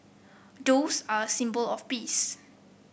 doves are a symbol of peace